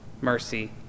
mercy